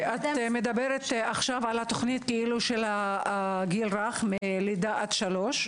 את מדברת עכשיו על התוכנית של הגיל הרך מלידה עד שלוש,